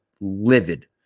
livid